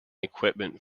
equipment